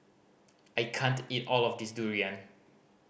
I can't eat all of this durian